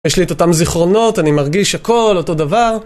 יש לי את אותם זיכרונות, אני מרגיש הכל, אותו דבר.